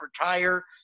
retire